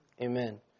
Amen